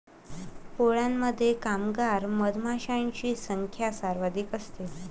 पोळ्यामध्ये कामगार मधमाशांची संख्या सर्वाधिक असते